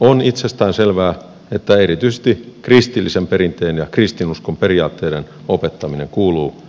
on itsestään selvää että erityisesti kristillisen perinteen ja kristinuskon periaatteiden opettaminen kuuluu